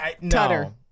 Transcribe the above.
No